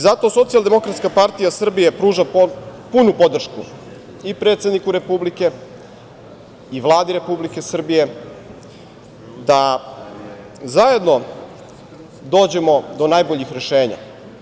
Zato Socijaldemokratska partija Srbije pruža punu podršku i predsedniku Republike i Vladi Republike Srbije da zajedno dođemo do najboljih rešenja.